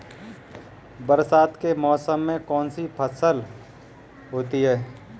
बरसात के मौसम में कौन कौन सी फसलें होती हैं?